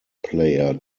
player